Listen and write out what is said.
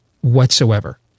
whatsoever